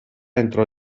entrò